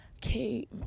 Kate